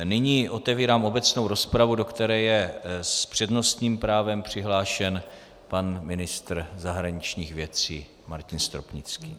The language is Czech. Nyní otevírám obecnou rozpravu, do které je s přednostním právem přihlášen pan ministr zahraničních věcí Martin Stropnický.